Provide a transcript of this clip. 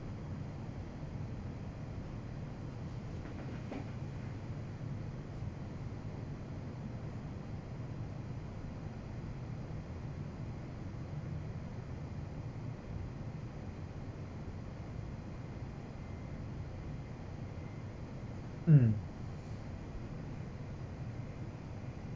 mm